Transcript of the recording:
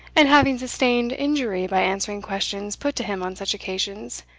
and having sustained injury by answering questions put to him on such occasions,